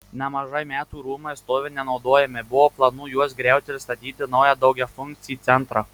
nemažai metų rūmai stovi nenaudojami buvo planų juos griauti ir statyti naują daugiafunkcį centrą